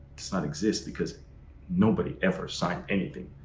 does not exist because nobody ever sign anything.